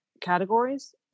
categories